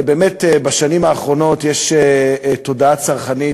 באמת בשנים האחרונות יש תודעה צרכנית